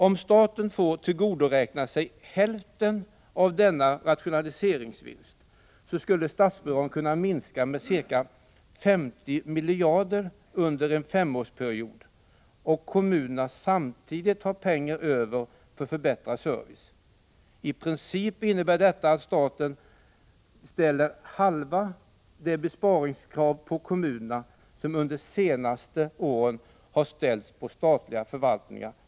Om staten får tillgodoräkna sig hälften av denna rationaliseringsvinst, skulle statsbidraget kunna minskas med ca 50 miljarder under en femårsperiod och kommunerna samtidigt ha pengar över för förbättrad service. I princip innebär detta att staten ställer halva det besparingskrav på kommunerna som under de senaste åren har ställts på statliga förvaltningar.